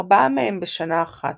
ארבעה מהם בשנה אחת.